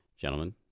Gentlemen